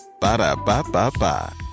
Ba-da-ba-ba-ba